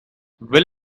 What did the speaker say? will